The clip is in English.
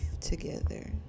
together